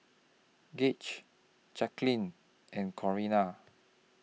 Gauge Jacquelin and Corina